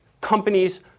Companies